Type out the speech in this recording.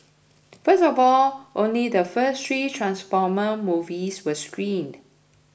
first of all only the first three Transformer movies were screened